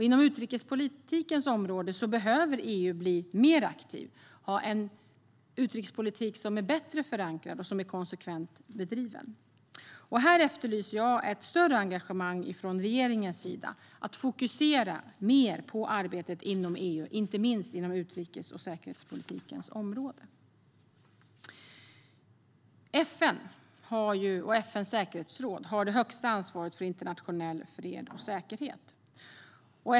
Inom utrikespolitikens område behöver EU bli mer aktivt, ha en utrikespolitik som är bättre förankrad och som bedrivs konsekvent. Jag efterlyser ett större engagemang från regeringen här. Man bör fokusera mer på arbetet inom EU, inte minst inom utrikes och säkerhetspolitikens område. FN och FN:s säkerhetsråd har det högsta ansvaret för internationell fred och säkerhet.